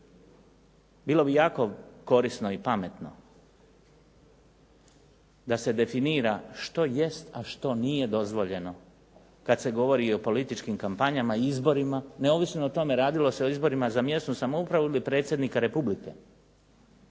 Bilo bi jako korisno i pametno da se definira što jest a što nije dozvoljeno kada se govori i o političkim kampanjama, izborima, ne ovisno o tome radilo se o izborima za mjesnu samoupravu ili predsjednika republike.